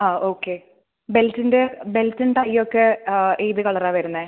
ആ ഓക്കേ ബെൽറ്റിൻ്റെ ബെൽറ്റും ടൈയൊക്കെ ഏത് കളർ ആണ് വരുന്നത്